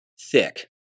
thick